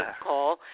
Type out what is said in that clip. call